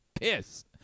Piss